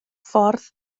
ffordd